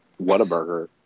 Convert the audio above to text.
Whataburger